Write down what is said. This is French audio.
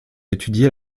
étudier